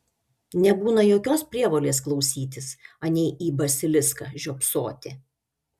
nebūna jokios prievolės klausytis anei į basiliską žiopsoti